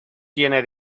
tiene